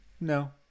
no